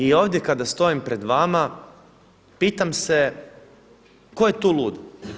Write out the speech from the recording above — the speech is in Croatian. I ovdje kada stojim pred vama pitam se tko je tu lud?